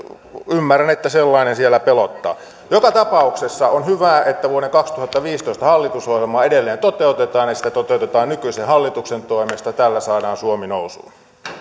ymmärrän että sellainen siellä pelottaa joka tapauksessa on hyvä että vuoden kaksituhattaviisitoista hallitusohjelmaa edelleen toteutetaan ja sitä toteutetaan nykyisen hallituksen toimesta tällä saadaan suomi nousuun